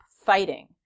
fighting